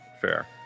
Fair